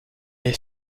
est